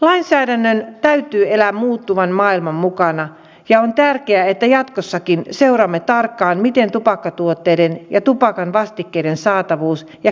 lainsäädännön täytyy elää muuttuvan maailman mukana ja on tärkeää että jatkossakin seuraamme tarkkaan miten tupakkatuotteiden ja tupakan vastikkeiden saatavuus ja käyttö kehittyvät